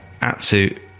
Atsu